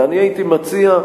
ואני הייתי מציע,